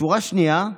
שורה שנייה,